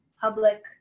public